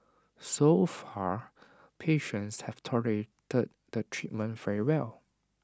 so far patients have tolerated the treatment very well